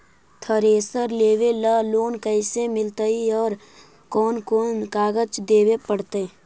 Thresher लेबे ल loan कैसे मिलतइ और कोन कोन कागज देबे पड़तै?